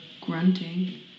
grunting